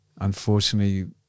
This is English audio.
unfortunately